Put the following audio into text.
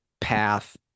path